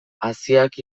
haziak